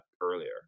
earlier